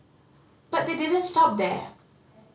but they didn't stop there